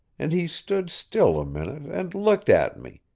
and he stood still a minute and looked at me,